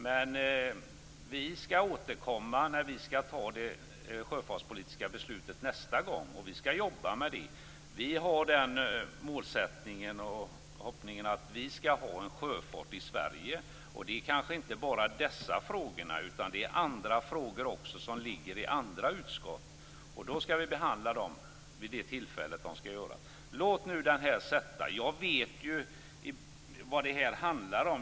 Men vi skall återkomma när vi skall fatta det sjöfartspolitiska beslutet nästa gång, och vi skall jobba med det. Vi har målsättningen och förhoppningen att vi skall ha en sjöfart i Sverige. Det handlar kanske inte bara om dessa frågor utan också om andra frågor som ligger i andra utskott, och vid det tillfället skall vi behandla dem. Jag vet ju vad det här handlar om.